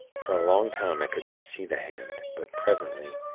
for a long time i could not see the hand but, presently,